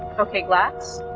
okay glass.